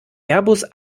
airbus